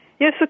yes